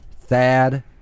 Thad